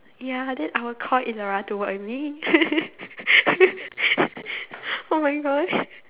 ya then I will call Inarah to work with me oh-my-Gosh